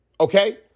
Okay